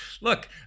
look